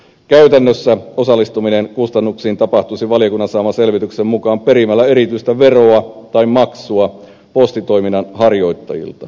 käytännössä osallistuminen kustannuksiin tapahtuisi valiokunnan saaman selvityksen mukaan perimällä erityistä veroa tai maksua postitoiminnan harjoittajilta